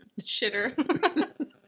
shitter